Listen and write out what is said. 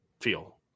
feel